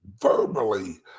verbally